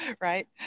Right